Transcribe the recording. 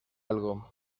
algo